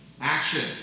Action